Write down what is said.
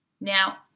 Now